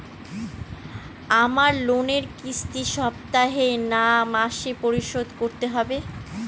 আমার লোনের কিস্তি সপ্তাহে না মাসে পরিশোধ করতে হবে?